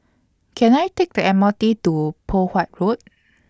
Can I Take The M R T to Poh Huat Road